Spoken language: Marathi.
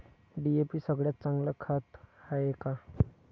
डी.ए.पी सगळ्यात चांगलं खत हाये का?